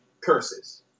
curses